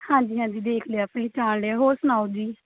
ਹਾਂਜੀ ਹਾਂਜੀ ਦੇਖ ਲਿਆ ਪਹਿਚਾਣ ਲਿਆ ਹੋਰ ਸੁਣਾਓ ਜੀ